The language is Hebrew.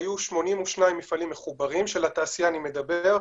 היו 82 מפעלים של התעשייה מחוברים,